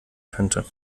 könnte